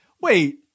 Wait